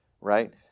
right